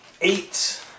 Eight